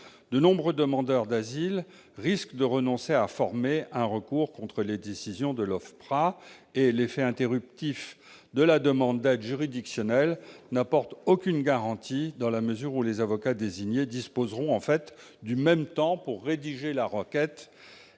De nombreux demandeurs d'asile risquent de renoncer à former un recours contre les décisions de l'OFPRA, et l'effet interruptif de la demande d'aide juridictionnelle n'apporte aucune garantie, dans la mesure où les avocats désignés disposeront en fait du même temps pour rédiger la requête